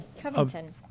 Covington